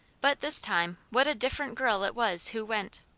but this time what a different girl it was who went!